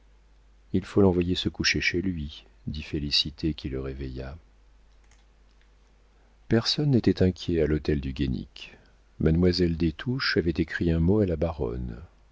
il faut l'envoyer se coucher chez lui dit félicité qui le réveilla personne n'était inquiet à l'hôtel du guénic mademoiselle des touches avait écrit un mot à la baronne